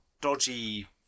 dodgy